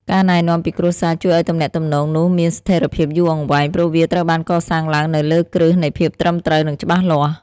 ការណែនាំពីគ្រួសារជួយឱ្យទំនាក់ទំនងនោះមានស្ថិរភាពយូរអង្វែង ព្រោះវាត្រូវបានកសាងឡើងនៅលើគ្រឹះនៃភាពត្រឹមត្រូវ និងច្បាស់លាស់។